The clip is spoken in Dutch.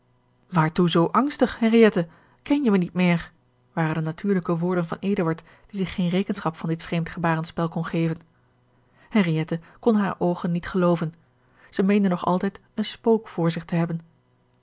waartoe zoo angstig henriëtte ken je mij niet meer waren de natuurlijke woorden van eduard die zich geene rekenschap van dit vreemd gebarenspel kon geven henriëtte kon hare oogen niet gelooven zij meende nog altijd een spook voor zich te hebben